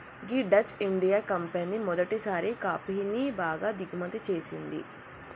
గీ Dutch India company మొదటిసారి కాఫీని బాగా దిగుమతి చేసింది